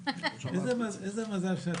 איזה מזל שאתם נמצאים פה.